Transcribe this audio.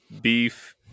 Beef